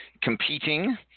competing